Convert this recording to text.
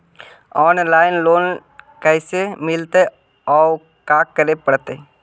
Online loan कैसे मिलतै औ का करे पड़तै?